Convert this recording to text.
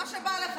מה שבא לך.